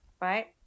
Right